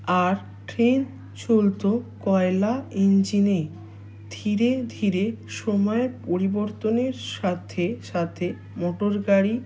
আর train চলত কয়লা ইঞ্জিনে ধীরে ধীরে সময়ের পরিবর্তনের সাথে সাথে মোটর গাড়ি